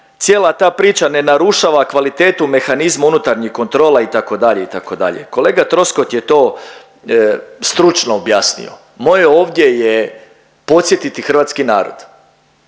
cijela ta priča ne narušava kvalitetu mehanizma unutarnjih kontrola itd., itd.. Kolega Troskot je to stručno objasnio, moje ovdje je podsjetiti hrvatski narod